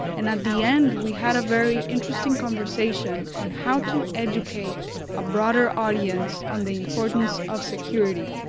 and at the end, we had a very interesting conversation on how to educate a broader audience on the importance of security.